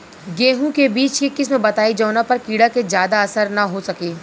गेहूं के बीज के किस्म बताई जवना पर कीड़ा के ज्यादा असर न हो सके?